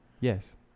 Yes